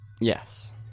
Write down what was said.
yes